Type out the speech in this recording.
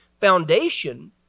foundation